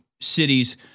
cities